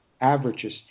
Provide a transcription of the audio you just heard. averages